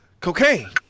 cocaine